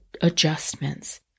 adjustments